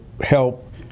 help